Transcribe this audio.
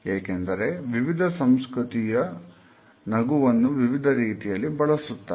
ಏಕೆಂದರೆ ವಿವಿಧ ಸಂಸ್ಕೃತಿಯು ನಗುವನ್ನು ವಿವಿಧ ರೀತಿಯಲ್ಲಿ ಬಳಸುತ್ತದೆ